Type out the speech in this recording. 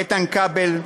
איתן כבל,